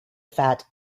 fat